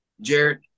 Jared